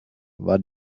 war